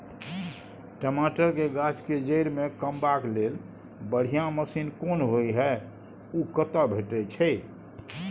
टमाटर के गाछ के जईर में कमबा के लेल बढ़िया मसीन कोन होय है उ कतय भेटय छै?